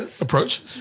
Approach